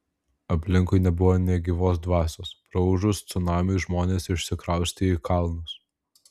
aplinkui nebuvo nė gyvos dvasios praūžus cunamiui žmonės išsikraustė į kalnus